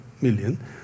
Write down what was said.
million